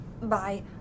Bye